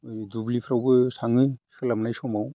दुब्लिफ्रावबो थाङो सोलाबनाय समाव